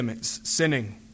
sinning